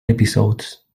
episodes